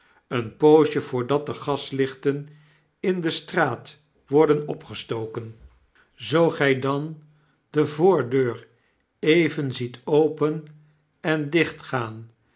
een poosje voordat de gaslichten in de straat worden opgestoken zoo gy dan de voordeur even ziet open en dichtgaan